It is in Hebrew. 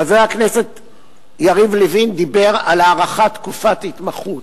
חבר הכנסת יריב לוין דיבר על הארכת תקופת ההתמחות.